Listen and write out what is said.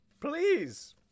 please